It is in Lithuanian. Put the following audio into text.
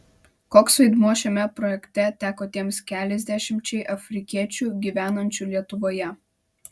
koks vaidmuo šiame projekte teko tiems keliasdešimčiai afrikiečių gyvenančių lietuvoje